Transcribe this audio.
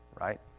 right